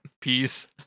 Peace